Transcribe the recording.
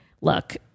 look